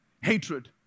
hatred